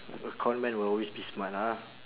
a conman will always be smart ah